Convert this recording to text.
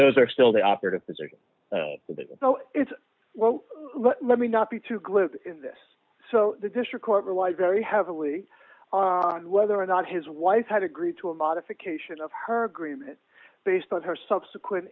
those are still the operative position it's well let me not be too glib in this so the district court relied very heavily on whether or not his wife had agreed to a modification of her agreement based on her subsequent